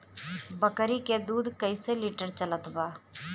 बकरी के दूध कइसे लिटर चलत बा?